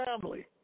family